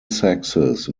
sexes